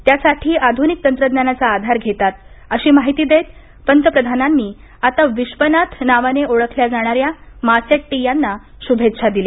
त्यासाठी आधुनिक तंत्रज्ञानाचा आधार घेतात अशी माहिती देत पंतप्रधानांनी आता विश्वनाथ नावाने ओळखल्या जाणाऱ्या मासेड्टी यांना शुभेच्छा दिल्या